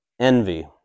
envy